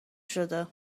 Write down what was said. شده